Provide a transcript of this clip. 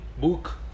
book